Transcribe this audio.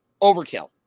overkill